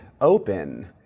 open